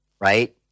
right